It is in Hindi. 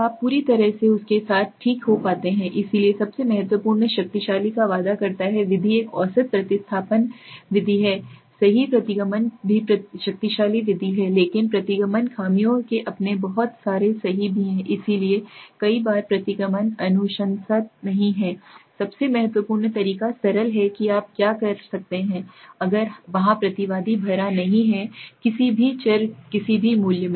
तब आप पूरी तरह से उसके साथ ठीक हो जाते हैं इसलिए सबसे महत्वपूर्ण शक्तिशाली का वादा करता है विधि एक औसत प्रतिस्थापन विधि है सही प्रतिगमन भी शक्तिशाली विधि है लेकिन प्रतिगमन खामियों के अपने बहुत सारे सही भी है इसलिए कई बार प्रतिगमन अनुशंसित नहीं है सबसे महत्वपूर्ण तरीका सरल है कि आप क्या कर सकते हैं अगर वहाँ प्रतिवादी भरा नहीं है किसी भी चर किसी भी मूल्य